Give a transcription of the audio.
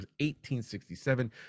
1867